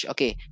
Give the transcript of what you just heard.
Okay